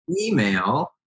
email